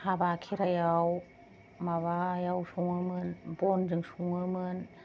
हाबा खेरायाव माबायाव सङोमोन बनजों सङोमोन